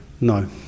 no